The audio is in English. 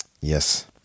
Yes